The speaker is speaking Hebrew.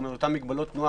אותן מגבלות תנועה